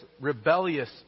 rebellious